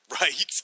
Right